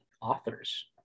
authors